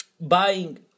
buying